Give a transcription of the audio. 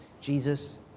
Jesus